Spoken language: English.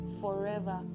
forever